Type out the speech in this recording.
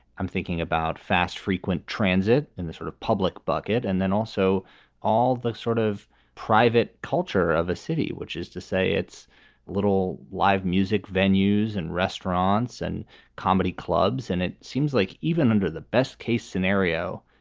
i'm thinking about fast frequent transit and the sort of public bucket. and then also all the sort of private culture of a city, which is to say it's little live music venues and restaurants and comedy clubs. and it seems like even under the best case scenario,